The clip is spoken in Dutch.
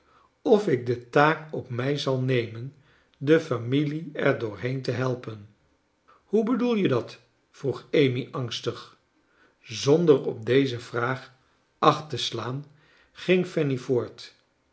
of ik de taak op mij zal nemen de f amilie er doorheen te helpen hoe bedoel je dat vroeg amy angstig zonder op deze vraag acht te slaan ging fanny voort